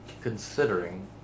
considering